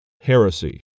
heresy